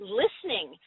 listening